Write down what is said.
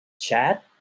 chat